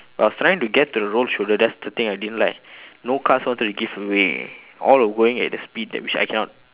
but I was trying to get to the road shoulder that's the thing I didn't like no cars wanted to give way all were going at the speed that which I cannot